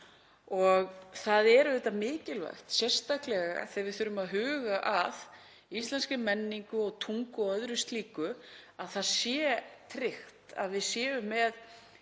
Það er auðvitað mikilvægt, sérstaklega þegar við þurfum að huga að íslenskri menningu og tungu og öðru slíku, að tryggt sé að við séum með